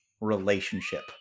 relationship